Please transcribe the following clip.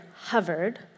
hovered